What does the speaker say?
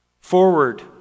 forward